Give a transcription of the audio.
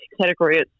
category